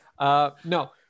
No